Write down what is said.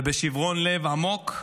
ובשיברון לב עמוק,